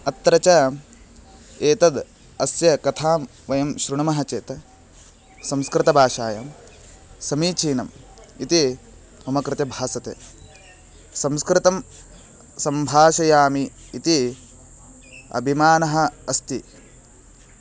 अत्र च एतद् अस्य कथां वयं शृणुमः चेत् संस्कृतभाषायां समीचीनम् इति मम कृते भासते संस्कृतं सम्भाषयामि इति अभिमानः अस्ति